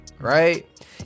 Right